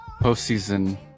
postseason